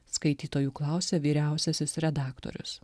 skaitytojų klausia vyriausiasis redaktorius